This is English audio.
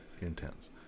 intense